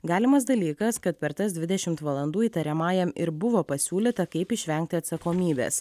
galimas dalykas kad per tas dvidešimt valandų įtariamajam ir buvo pasiūlyta kaip išvengti atsakomybės